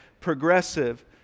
progressive